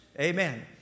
Amen